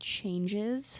Changes